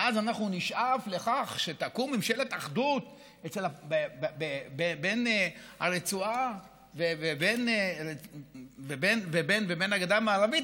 ואז נשאף לכך שתקום ממשלת אחדות בין הרצועה ובין הגדה המערבית,